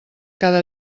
cada